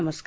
नमस्कार